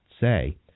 say